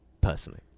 personally